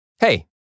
Hey